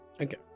okay